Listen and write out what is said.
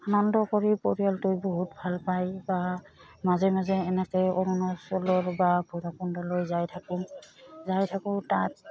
আনন্দ কৰি পৰিয়ালটোৱ বহুত ভাল পায় বা মাজে মাজে এনেকে অৰুণাচললৈ বা ভৈৰৱকুণ্ডলৈ যাই থাকোঁ যাই থাকোঁ তাত